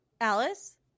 alice